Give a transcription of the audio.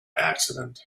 accident